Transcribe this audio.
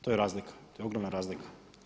To je razlika, to je ogromna razlika.